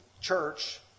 church